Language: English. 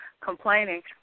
complaining